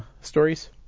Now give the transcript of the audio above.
stories